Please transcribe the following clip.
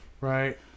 right